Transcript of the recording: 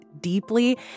deeply